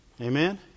Amen